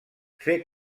fer